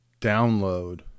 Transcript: download